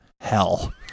hell